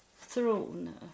throne